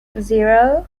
zero